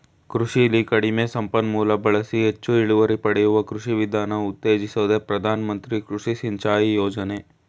ಕೃಷಿಲಿ ಕಡಿಮೆ ಸಂಪನ್ಮೂಲ ಬಳಸಿ ಹೆಚ್ ಇಳುವರಿ ಪಡೆಯುವ ಕೃಷಿ ವಿಧಾನ ಉತ್ತೇಜಿಸೋದೆ ಪ್ರಧಾನ ಮಂತ್ರಿ ಕೃಷಿ ಸಿಂಚಾಯಿ ಯೋಜನೆ